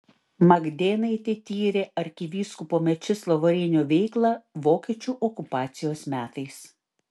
magdėnaitė tyrė arkivyskupo mečislovo reinio veiklą vokiečių okupacijos metais